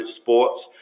sports